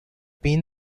been